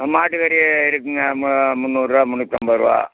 மாட்டுக்கறி இருக்குதுங்க முன்னூறுபா முன்னூற்றைம்பது ரூபா